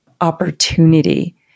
opportunity